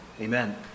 Amen